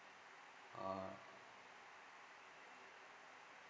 orh